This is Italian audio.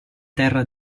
terra